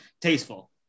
tasteful